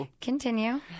continue